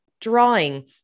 drawing